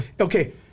Okay